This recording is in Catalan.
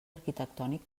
arquitectònic